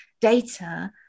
data